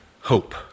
hope